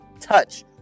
touch